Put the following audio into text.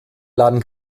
laden